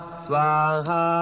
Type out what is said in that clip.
swaha